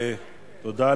תודה.